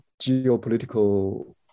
geopolitical